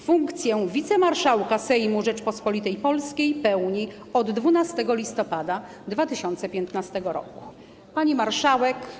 Funkcję wicemarszałka Sejmu Rzeczypospolitej Polskiej pełni od 12 listopada 2015 r. Pani Marszałek!